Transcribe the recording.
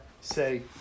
say